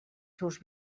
seus